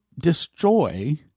destroy